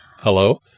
Hello